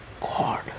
God